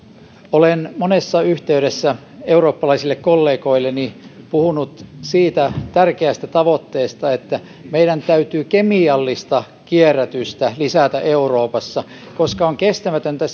olen monessa yhteydessä eurooppalaisille kollegoilleni puhunut siitä tärkeästä tavoitteesta että meidän täytyy kemiallista kierrätystä lisätä euroopassa koska on kestämätöntä